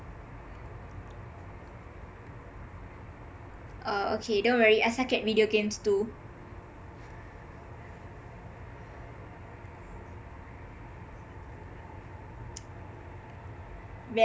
oh okay don't worry I suck at video games too